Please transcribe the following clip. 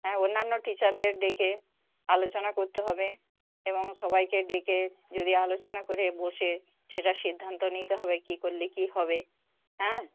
হ্যাঁ অন্যান্য টিচারদের ডেকে আলোচনা করতে হবে এবং সবাইকে ডেকে যদি আলোচনা করে বসে সেটা সিদ্ধান্ত নিতে হবে কী করলে কী হবে হ্যাঁ